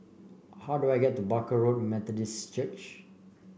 how do I get to Barker Road Methodist Church